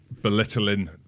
belittling